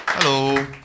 Hello